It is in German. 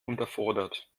unterfordert